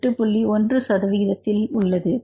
1 சதவிகிததில் உள்ளது